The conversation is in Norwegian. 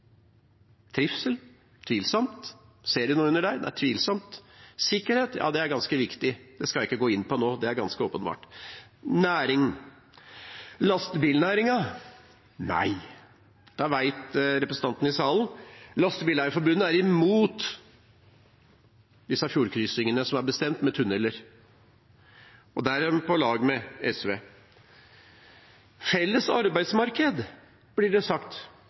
Trivsel? Det er tvilsomt. Ser de noe under der? Det er tvilsomt. Sikkerhet? Ja, det er ganske viktig. Det skal jeg ikke gå inn på nå, det er ganske åpenbart. Om næring: Lastebilnæringen sier nei. Det vet representantene i salen. Lastebileierforbundet er imot disse fjordkrysningene med tunneler som er bestemt, der er de på lag med SV. Felles arbeidsmarked blir det sagt,